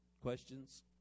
questions